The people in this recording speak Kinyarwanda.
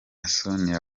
sonia